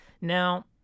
Now